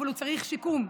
אבל הוא צריך שיקום.